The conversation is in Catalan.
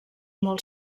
molt